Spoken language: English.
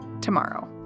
tomorrow